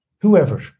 whoever